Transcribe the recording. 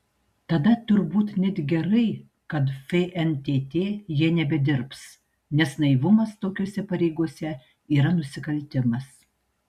tada turbūt net gerai kad fntt jie nebedirbs nes naivumas tokiose pareigose yra nusikaltimas